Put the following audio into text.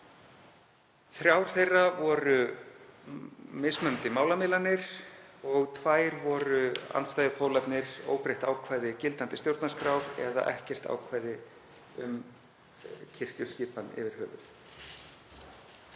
Þrjár þeirra voru mismunandi málamiðlanir og tvær voru andstæðu pólarnir, þ.e. óbreytt ákvæði gildandi stjórnarskrár eða ekkert ákvæði um kirkjuskipan yfir höfuð.